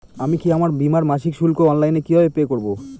আমি কি আমার বীমার মাসিক শুল্ক অনলাইনে কিভাবে পে করব?